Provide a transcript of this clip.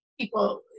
People